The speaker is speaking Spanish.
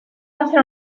hacer